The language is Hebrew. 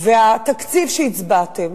התקציב שהצבעתם,